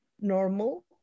normal